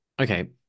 Okay